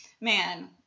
man